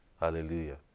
Hallelujah